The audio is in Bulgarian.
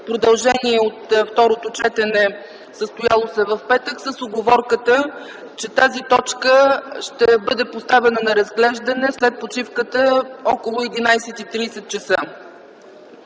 продължение на второто четене, състояло се в петък, с уговорката, че тази точка ще бъде поставена на разглеждане след почивката – около 11,30 ч.